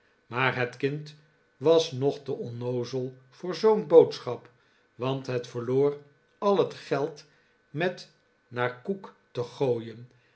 maar het kind was nog te onnoozel voor zoo'n boodschap want het verloor al het geld met naar koek te gopien